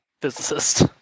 physicist